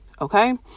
okay